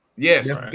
Yes